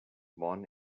born